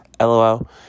lol